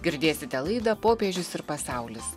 girdėsite laidą popiežius ir pasaulis